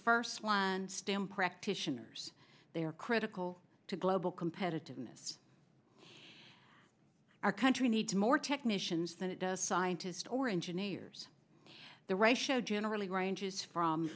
stamp practitioners they are critical to global competitiveness our country needs more technicians than it does scientists or engineers the ratio generally ranges from